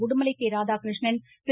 Udumalai Radhakrishnan Thiru